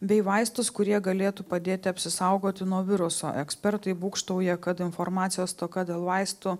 bei vaistus kurie galėtų padėti apsisaugoti nuo viruso ekspertai būgštauja kad informacijos stoka dėl vaistų